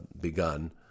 begun